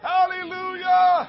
Hallelujah